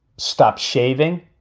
stop shaving.